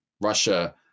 Russia